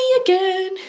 again